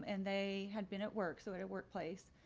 and they had been at work, so it it workplace,